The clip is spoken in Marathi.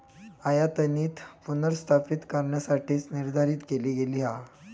आयातनीती पुनर्स्थापित करण्यासाठीच निर्धारित केली गेली हा